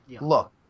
Look